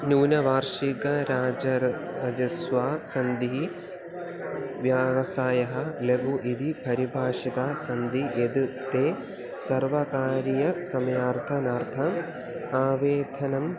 नूनवार्षिक राज राजस्य सन्ति व्यावसायः लघु इति पारिभाषिता सन्ति यत् ते सर्वकारीयसमयार्थनार्थम् आवेधनं